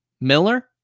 Miller